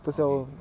okay so